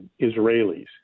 Israelis